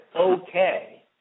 okay